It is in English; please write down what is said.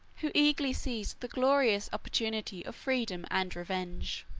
who eagerly seized the glorious opportunity of freedom and revenge.